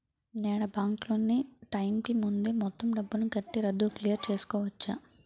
నేను నా bank loan నీ టైం కీ ముందే మొత్తం డబ్బుని కట్టి రద్దు క్లియర్ చేసుకోవచ్చా?